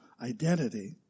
identity